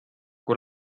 kui